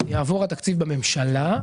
יעבור התקציב בממשלה,